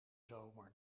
zomer